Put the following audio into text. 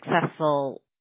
successful